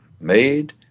made